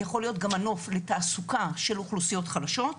יכול להיות גם מנוף לתעסוקה של אוכלוסיות חלשות.